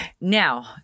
Now